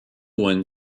one